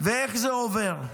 ואיך זה עובר.